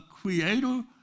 creator